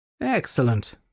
Excellent